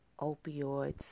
opioids